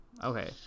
okay